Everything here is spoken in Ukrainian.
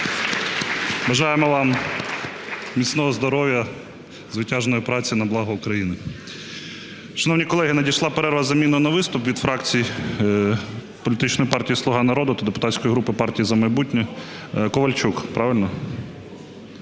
Бажаємо вам міцного здоров'я, звитяжної праці на благо України. Шановні колеги, надійшла перерва із заміною на виступ від фракцій політичної партії "Слуга народу" та депутатської групи "Партії "За майбутнє". Ковальчук.